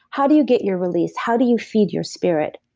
how do you get your release? how do you feed your spirit?